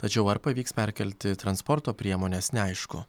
tačiau ar pavyks perkelti transporto priemones neaišku